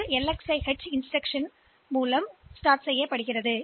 இந்த LXI H உடன் அடுத்த மறு செய்கை வெளிப்புற சுழல்களைத் தொடங்குகிறோம்